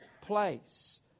place